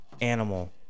animal